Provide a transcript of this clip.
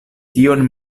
tion